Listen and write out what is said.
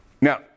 Now